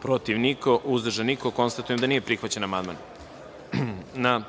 protiv – niko, uzdržanih – nema. Konstatujem da nije prihvaćen amandman. Na